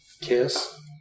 Kiss